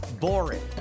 boring